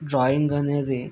drawing అనేది